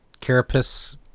carapace